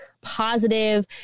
positive